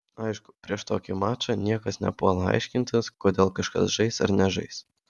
aišku prieš tokį mačą niekas nepuola aiškintis kodėl kažkas žais ar nežais